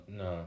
no